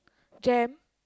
Jem